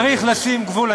צריך לשים גבול,